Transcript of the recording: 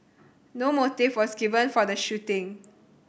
no motive was given for the shooting